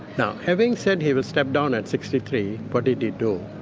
now having said he would step down at sixty three, what did he do?